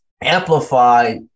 amplify